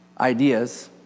ideas